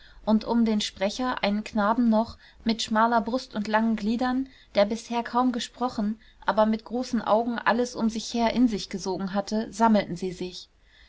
und um den sprecher einen knaben noch mit schmaler brust und langen gliedern der bisher kaum gesprochen aber mit großen augen alles um sich her in sich gesogen hatte sammelten sie sich